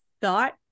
thought